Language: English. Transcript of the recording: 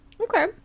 Okay